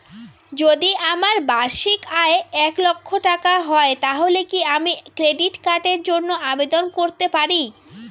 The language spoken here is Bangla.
যদি আমার বার্ষিক আয় এক লক্ষ টাকা হয় তাহলে কি আমি ক্রেডিট কার্ডের জন্য আবেদন করতে পারি?